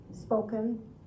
spoken